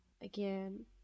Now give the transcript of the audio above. again